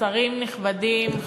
שרים נכבדים,